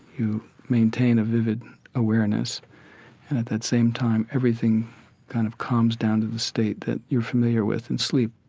you maintain a vivid awareness, and at that same time, everything kind of calms down to the state that you're familiar with in sleep.